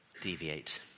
deviate